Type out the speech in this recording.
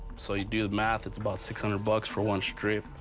so you do the math that's about six hundred bucks for one strip.